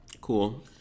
Cool